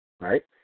right